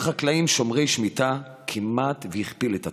מספר החקלאים שומרי השמיטה כמעט הכפיל את עצמו: